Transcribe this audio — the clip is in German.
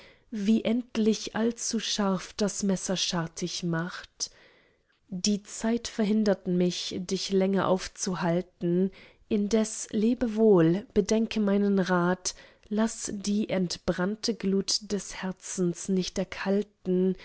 wie endlich allzuscharf das messer schartig macht die zeit verhindert mich dich länger aufzuhalten indessen lebe wohl bedenke meinen rat laß die entbrannte glut des herzens nicht erkalten